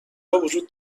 وجود